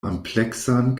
ampleksan